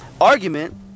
argument